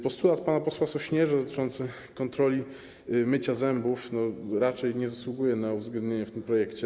Postulat pana posła Sośnierza dotyczący kontroli mycia zębów raczej nie zasługuje na uwzględnienie w tym projekcie.